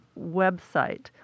website